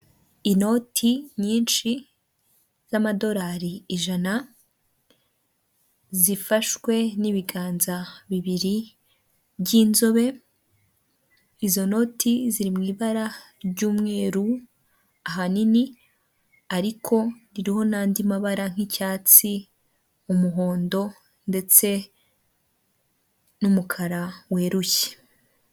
Inoti nyinshi z’amadolari ijana zifashwe n’ibiganza bibiri by’inzobe, izo noti ziri mu ibara ry’umweru ahanini, ariko ririho nandi mabara nk’icyatsi, umuhondo, ndetse n’umukara weruye.